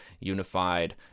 unified